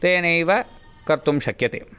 तेनैव कर्तुं शक्यते